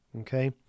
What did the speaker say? Okay